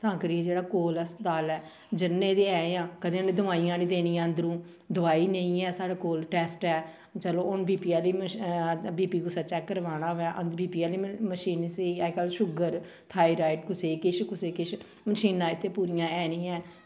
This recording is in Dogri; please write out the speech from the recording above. तां करियै जेह्ड़ा कोल अस्पताल ऐ जन्ने ते ऐ आं कदें उ'नें दोआइयां निं देनियां अंदरूं दोआई नेईं ऐ साढ़े कोल टैस्ट ऐ चलो हून बी पी आह्ली मश बी पी अगर कुसै चेक कराना होऐ बीपी आह्ली मशाीन स्हेई अज्जकल शुगर थाईराइड कुसै गी किश ते कुसै गी किश मशीनां इत्थें पूरियां ऐ निं ऐ